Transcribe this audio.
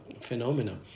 phenomena